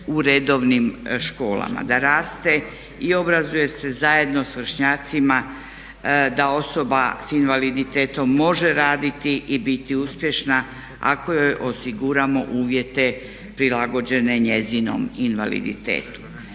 u redovnim školama, da raste i obrazuje se zajedno sa vršnjacima, da osoba sa invaliditetom može raditi i biti uspješna ako joj osiguramo uvjete prilagođene njezinom invaliditetu.